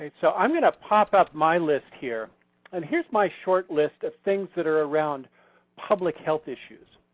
so i'm going to popup my list here and here's my short list of things that are around public health issues.